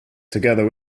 together